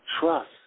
Trust